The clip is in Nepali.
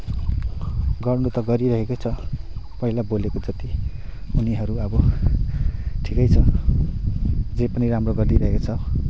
गर्नु त गरिरहेकै छ पहिला बोलेको जति उनीहरू अब ठिकै छ जे पनि राम्रो गरिराखेको छ